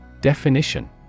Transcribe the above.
Definition